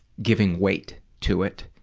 giving weight to it.